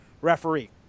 referee